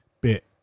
Bit